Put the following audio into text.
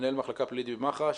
מנהל מחלקה פלילית במח"ש.